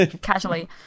casually